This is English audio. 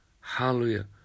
Hallelujah